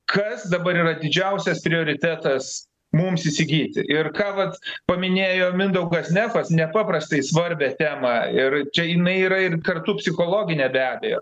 kas dabar yra didžiausias prioritetas mums įsigyti ir ką vat paminėjo mindaugas nefas nepaprastai svarbią temą ir čia jinai yra ir kartu psichologinė be abejo